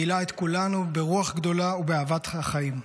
מילא את כולנו ברוח גדולה ובאהבת החיים.